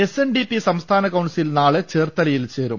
S N D P സംസ്ഥാന council നാളെ ചേർത്തലയിൽ ചേരും